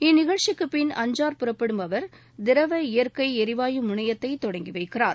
இந்நிகழ்ச்சிக்கு பின் அஞ்சார் புறப்படும் அவர் திரவ இயற்கை எரிவாயு முனையத்தை தொடங்கி வைக்கிறார்